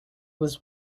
was